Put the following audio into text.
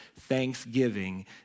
thanksgiving